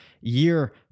year